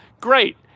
great